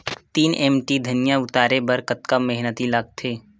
तीन एम.टी धनिया उतारे बर कतका मेहनती लागथे?